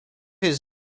his